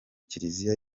kiliziya